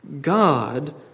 God